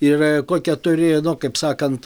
ir kokią turi nu kaip sakant